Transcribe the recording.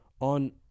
on